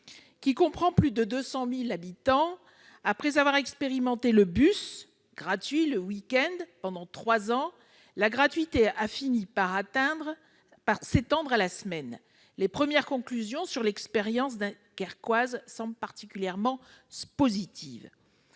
qui compte plus de 200 000 habitants. Après avoir été expérimentée le week-end pendant trois ans, la gratuité a fini par s'étendre à la semaine. Les premières conclusions sur l'expérience dunkerquoise semblent particulièrement positives.